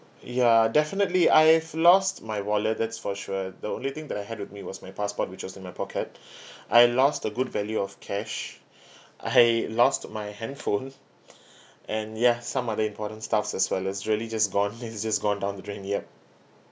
ya definitely I've lost my wallet that's for sure the only thing that I had with me was my passport which was in my pocket I lost a good value of cash I lost my handphone and ya some other important stuffs as well it's really just gone it's just gone down the drain yup